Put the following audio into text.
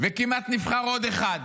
וכמעט נבחר עוד אחד.